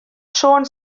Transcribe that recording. siôn